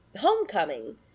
Homecoming